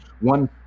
one